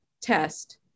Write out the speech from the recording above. test